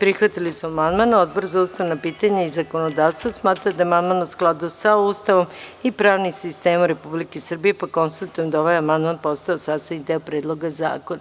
prihvatili su amandman, a Odbor za ustavna pitanja i zakonodavstvo smatra da je amandman u skladu sa Ustavom i pravnim sistemom Republike Srbije, pa konstatujem da je ovaj amandman postao sastavni deo Predloga zakona.